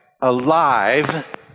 alive